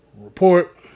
Report